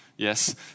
Yes